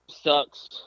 Sucks